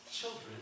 children